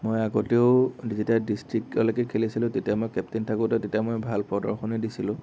মই আগতেও যেতিয়া মই ডিষ্ট্ৰিকলেকে খেলিছিলোঁ তেতিয়া মই কেপ্তেইন থাকোঁতে তেতিয়া মই ভাল প্ৰদৰ্শনী দিছিলোঁ